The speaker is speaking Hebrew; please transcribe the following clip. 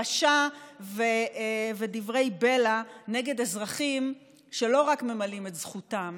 הכפשה ודברי בלע נגד אזרחים שלא רק ממלאים את זכותם